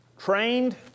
Trained